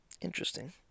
Interesting